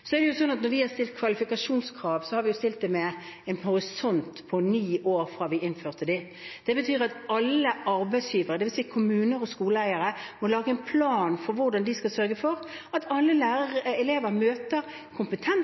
Så er det faktisk en del vikarer som underviser, som kanskje har faglig fordypning, men som ikke er ferdig med sin pedagogiske fordypning. Når vi har stilt kvalifikasjonskrav, har vi stilt dem med en horisont på ni år fra da vi innførte dem. Det betyr at alle arbeidsgivere – kommuner og skoleeiere – må lage en plan for hvordan de skal